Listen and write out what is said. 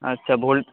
ᱟᱪᱪᱷᱟ ᱵᱷᱳᱞ